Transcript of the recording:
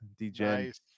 DJ